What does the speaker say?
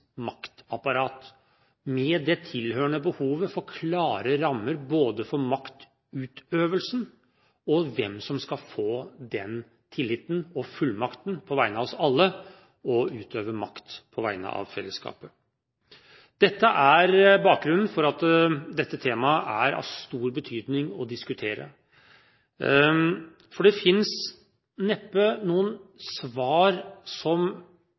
maktapparat, med det tilhørende behovet for klare rammer for både maktutøvelsen og hvem som skal få den tilliten og fullmakten på vegne av oss alle til å utøve makt på vegne av fellesskapet. Det er bakgrunnen for at dette temaet er av stor betydning å diskutere. Det finnes neppe noen svar som